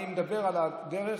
אני מדבר על הדרך,